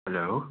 hello